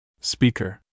Speaker